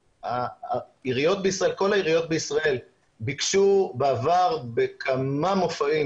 כל העיריות בישראל ביקשו בעבר בכמה מופעים,